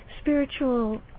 spiritual